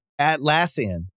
Atlassian